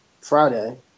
Friday